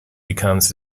becomes